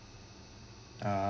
uh